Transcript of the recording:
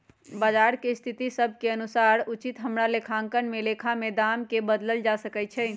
बजार के स्थिति सभ के अनुसार उचित हमरा लेखांकन में लेखा में दाम् के बदलल जा सकइ छै